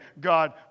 God